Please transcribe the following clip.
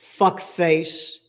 fuckface